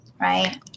right